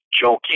joking